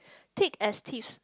thick as thieves